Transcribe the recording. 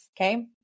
Okay